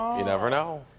you never know.